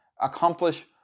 accomplish